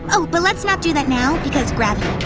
oh, but let's not do that now, because gravity.